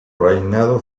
reinado